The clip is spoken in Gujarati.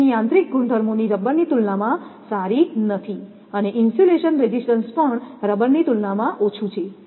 તેની યાંત્રિક ગુણધર્મો રબરની તુલનામાં સારી નથી અને ઇન્સ્યુલેશન રેઝિસ્ટન્સ પણ રબરની તુલનામાં ઓછું છે